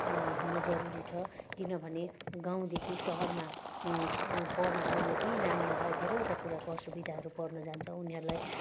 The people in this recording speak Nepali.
हुन जरुरी छ किनभने गाउँदेखि सहरमा स पढ्न आउने ती नानीहरूलाई धेरैवटा कुराको असुविधा पर्न जान्छ उनीहरूलाई